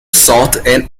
sought